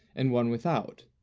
and one without,